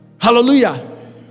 Hallelujah